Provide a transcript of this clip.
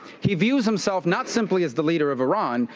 he views himself not simply as the leader of iran,